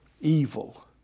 Evil